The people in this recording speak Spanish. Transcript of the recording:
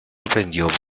aprendió